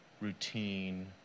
routine